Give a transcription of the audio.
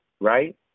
right